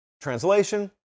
Translation